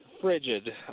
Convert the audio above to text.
Frigid